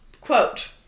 Quote